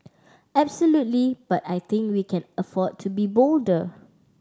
absolutely but I think we can afford to be bolder